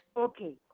Okay